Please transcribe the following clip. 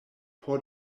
por